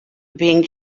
being